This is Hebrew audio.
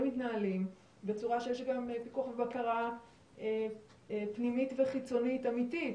מתנהלים בצורה שיש פיקוח ובקרה פנימית וחיצונית אמתית,